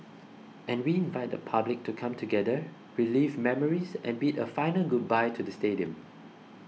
and we invite the public to come together relive memories and bid a final goodbye to the stadium